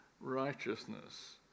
righteousness